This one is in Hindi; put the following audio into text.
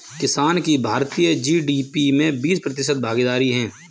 किसान की भारतीय जी.डी.पी में बीस प्रतिशत भागीदारी है